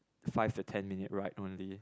five to ten minute ride only